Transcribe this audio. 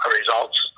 results